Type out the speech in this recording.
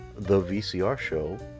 thevcrshow